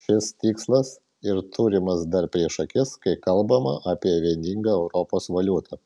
šis tikslas ir turimas dabar prieš akis kai kalbama apie vieningą europos valiutą